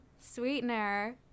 Sweetener